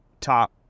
top